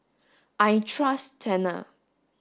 I trust Tena